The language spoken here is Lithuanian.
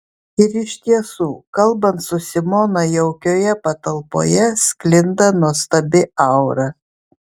ir iš tiesų kalbant su simona jaukioje patalpoje sklinda nuostabi aura